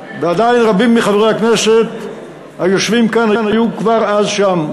ועדיין רבים מחברי הכנסת היושבים כאן היו כבר אז שם,